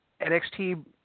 NXT